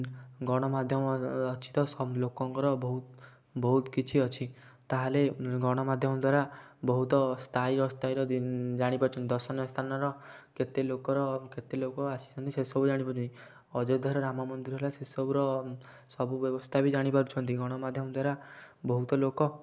ଗଣମାଧ୍ୟମ ଅଛି ତ ଲୋକଙ୍କର ବହୁତ ବହୁତ କିଛି ଅଛି ତାହେଲେ ଗଣମାଧ୍ୟମ ଦ୍ଵାରା ବହୁତ ସ୍ଥାୟୀ ଅସ୍ଥାୟୀର ଜାଣି ପାରୁଛନ୍ତି ଦର୍ଶନୀୟ ସ୍ଥାନର କେତେ ଲୋକର କେତେ ଲୋକ ଆସିଛନ୍ତି ସେସବୁ ଜାଣି ପାରୁଛନ୍ତି ଅଯୋଧ୍ୟାର ରାମମନ୍ଦିର ହେଲା ସେସବୁର ସବୁ ବ୍ୟବସ୍ଥା ବି ଜାଣି ପାରୁଛନ୍ତି ଗଣମାଧ୍ୟମ ଦ୍ଵାରା ବହୁତ ଲୋକ